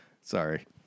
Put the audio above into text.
Sorry